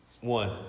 One